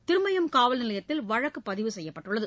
திருமயம் காவல்நிலையத்தில் வழக்குப்பதிவு செய்யப்பட்டுள்ளது